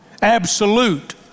Absolute